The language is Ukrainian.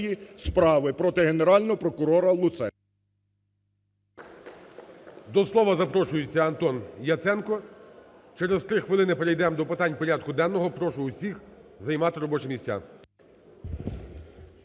До слова запрошується Антон Яценко. Через три хвилини перейдемо до питань порядку денного, прошу всіх займати робочі місця.